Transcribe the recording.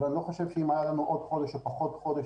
ואני לא חושב שאם היה עוד חודש או פחות חודש,